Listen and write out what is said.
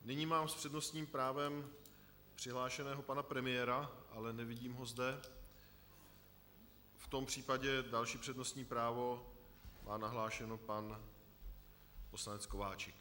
Nyní mám s přednostním právem přihlášeného pana premiéra, ale nevidím ho zde, v tom případě další přednostní právo má nahlášeno pan poslanec Kováčik.